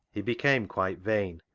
he became quite vain,